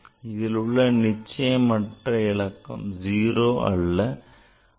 இதிலுள்ள நிச்சயமற்ற இலக்கம் 0 அல்ல 5 ஆகும்